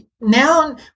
Now